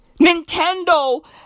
Nintendo